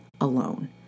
alone